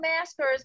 maskers